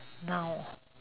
noun ah